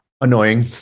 Annoying